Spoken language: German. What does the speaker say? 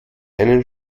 einen